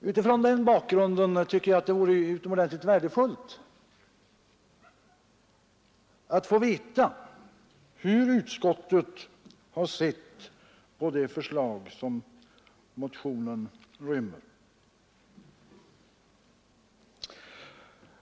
Mot den bakgrunden tycker jag det vore utomordentligt värdefullt att få veta hur utskottet har sett på det förslag som motionen rymmer.